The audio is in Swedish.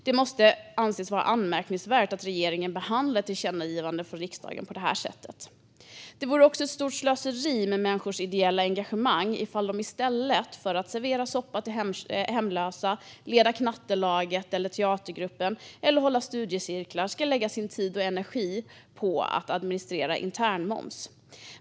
Det måste anses anmärkningsvärt att regeringen behandlar ett tillkännagivande från riksdagen på det här sättet. Det vore också ett stort slöseri med människors ideella engagemang ifall de i stället för att servera soppa till hemlösa, leda knattelag och teatergrupper eller hålla studiecirklar behövde lägga sin tid och energi på att administrera internmoms.